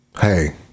hey